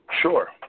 Sure